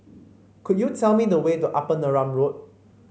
could you tell me the way to Upper Neram Road